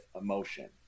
emotion